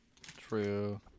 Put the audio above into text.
True